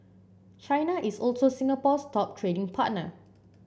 China is also Singapore's top trading partner